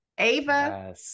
Ava